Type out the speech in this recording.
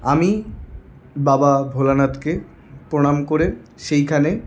আমি বাবা ভোলানাথকে প্রণাম করে সেইখানে